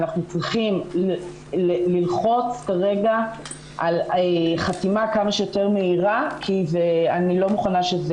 אנחנו צריכים ללחוץ כרגע על חתימה כמה שיותר מהירה כי אני לא מוכנה שזה